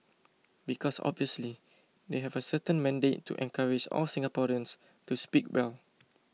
because obviously they have a certain mandate to encourage all Singaporeans to speak well